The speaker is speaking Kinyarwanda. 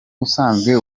usanzwe